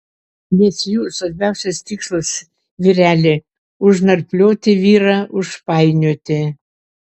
nes jų svarbiausias tikslas vyreli užnarplioti vyrą užpainioti